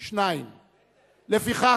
2. לפיכך,